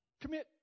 commit